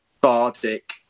bardic